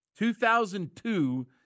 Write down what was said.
2002